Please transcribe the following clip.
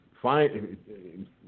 fine